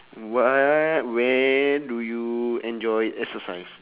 what where do you enjoy exercise